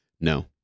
No